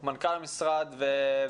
בוקר טוב מנכ"ל משרד העבודה,